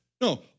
No